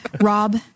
rob